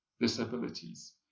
disabilities